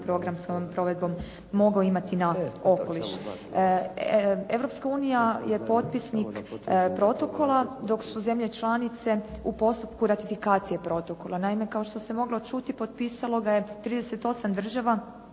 program svojom provedbom mogao imati na okoliš. Europska unija je potpisnik protokola dok su zemlje članice u postupku ratifikacije protokola. Naime, kao što se moglo čuti potpisalo ga je 38 država,